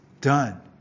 done